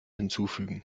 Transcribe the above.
hinzufügen